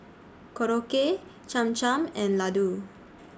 Korokke Cham Cham and Ladoo